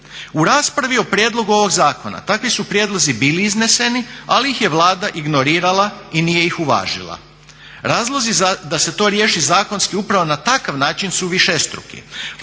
U raspravu o prijedlogu ovog zakona takvi su prijedlozi bili izneseni, ali ih je Vlada ignorirala i nije ih uvažila. Razlozi da se to riješi zakonski upravo na takav način su višestruki.